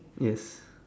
yes